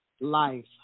life